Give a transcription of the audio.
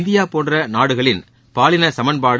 India போன்ற நாடுகளின் பாலின சமன்பாடு